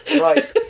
Right